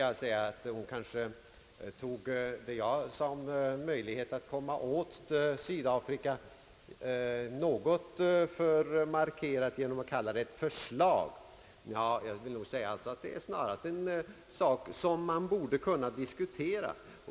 Kanske tog hon vad jag sade om möjligheten att komma åt Sydafrika något för markerat genom att kalla det ett förslag. Jag vill nog säga, att det snarast är någonting som man borde kunna diskutera.